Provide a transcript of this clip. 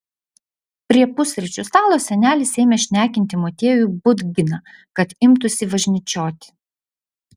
prie pusryčių stalo senelis ėmė šnekinti motiejų budginą kad imtųsi važnyčioti